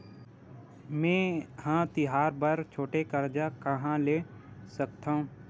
मेंहा तिहार बर छोटे कर्जा कहाँ ले सकथव?